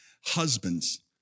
husbands